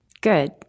Good